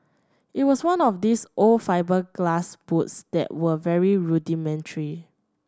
it was one of these old fibreglass boats that were very rudimentary